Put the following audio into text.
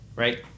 Right